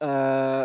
uh